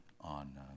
on